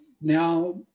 now